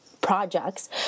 projects